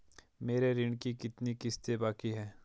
मेरे ऋण की कितनी किश्तें बाकी हैं?